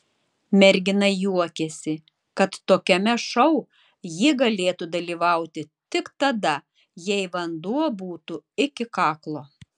mergina juokėsi kad tokiame šou ji galėtų dalyvauti tik tada jei vanduo būtų iki kaklo